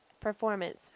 performance